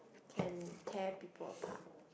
can tear people apart